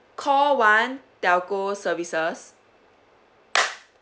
call one telco services